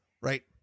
right